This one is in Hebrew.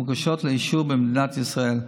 המוגשות לאישור במדינת ישראל.